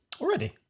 already